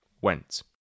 went